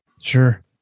Sure